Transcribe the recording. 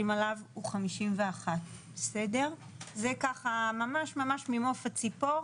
עליו הוא 51. זה ככה ממש ממעוף הציפור,